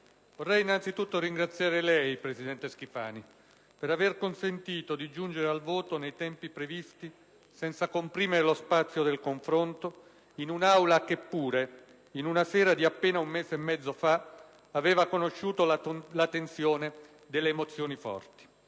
vorrei innanzitutto ringraziare lei, presidente Schifani, per aver consentito di giungere al voto nei tempi previsti, senza comprimere lo spazio del confronto in un'Aula che pure, in una sera di appena un mese e mezzo fa, aveva conosciuto la tensione delle emozioni forti.